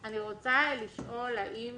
אני רוצה לשאול האם